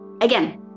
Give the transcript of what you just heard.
again